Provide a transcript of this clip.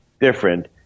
different